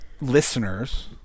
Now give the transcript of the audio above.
listeners